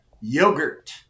yogurt